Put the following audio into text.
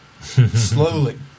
Slowly